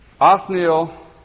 Othniel